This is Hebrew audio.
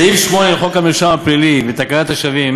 סעיף 8 לחוק המרשם הפלילי ותקנת השבים,